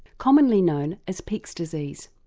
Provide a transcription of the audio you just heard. commonly known as pick's disease.